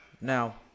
Now